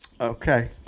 Okay